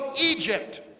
Egypt